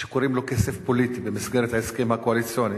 שקוראים לו כסף פוליטי, במסגרת ההסכם הקואליציוני.